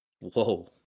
Whoa